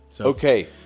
Okay